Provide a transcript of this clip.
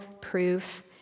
proof